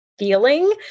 feeling